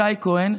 שי כהן,